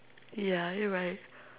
yeah you're right